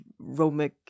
Romic